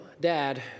dad